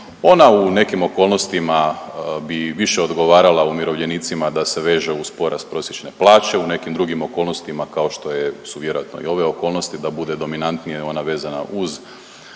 Ona u nekim okolnostima bi više odgovarala umirovljenicima da se veže uz porast prosječne plaće. U nekim drugim okolnostima kao što je, su vjerojatno i ove okolnosti da bude dominantnije ona vezana uz